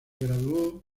graduó